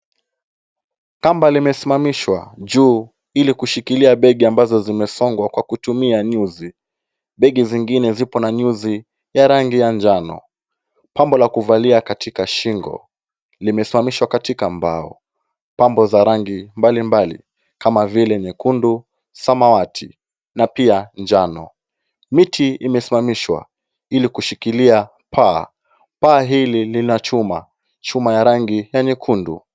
Kamba limesimamishwa juu ili kushikilia begi ambazo zimesongwa kwa kutumia nyuzi. Begi zingine zipo na nyuzi ya rangi ya njano. Pambo la kuvalia katika shingo limesimamishwa katika mbao. Pambo za rangi mbalimbali kama vile nyekundu, samawati na pia njano. Miti imesimamishwa ili kushikilia paa. Paa hili lina chuma, chuma ya rangi ya nyekundu.